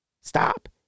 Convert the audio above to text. Stop